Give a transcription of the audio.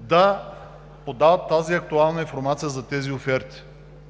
да подават актуалната информация за тези оферти,